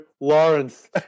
Lawrence